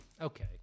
Okay